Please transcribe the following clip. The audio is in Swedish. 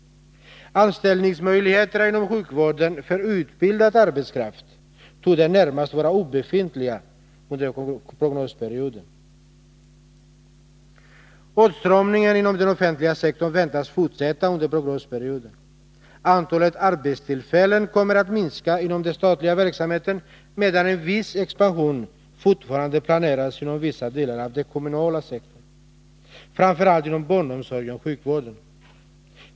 Anställningsmöjligheterna inom sjukvården för outbildad arbetskraft torde närmast vara obefintliga under prognosperioden. Åtstramningarna inom den offentliga sektorn väntas fortsätta under prognosperioden. Antalet arbetstillfällen kommer att minska inom den statliga verksamheten, medan en viss expansion fortfarande planeras inom vissa delar av den kommunala sektorn, framför allt inom barnomsorg och sjukvård.